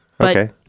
Okay